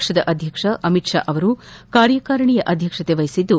ಪಕ್ಷದ ಅಧ್ವಕ್ಷ ಅಮಿತ್ ಷಾ ಅವರು ಕಾರ್ಯಕಾರಿಣಿಯ ಅಧ್ಯಕ್ಷತೆ ವಹಿಸಿದ್ದು